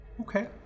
Okay